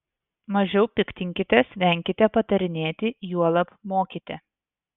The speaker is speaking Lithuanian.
mažiau piktinkitės venkite patarinėti juolab mokyti